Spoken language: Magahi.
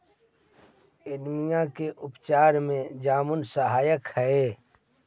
एनीमिया के उपचार में जामुन सहायक हई